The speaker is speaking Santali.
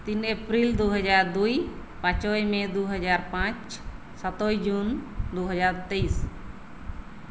ᱛᱤ ᱮᱯᱨᱤᱞ ᱫᱩ ᱦᱟᱡᱟᱨ ᱫᱩᱭ ᱯᱟᱸᱪᱚᱭ ᱢᱮ ᱫᱩ ᱦᱟᱡᱟᱨ ᱯᱟᱸᱪ ᱥᱟᱛᱳᱭ ᱡᱩᱱ ᱫᱩ ᱦᱟᱡᱟᱨ ᱛᱮᱭᱤᱥ